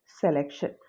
selection